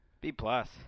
B-plus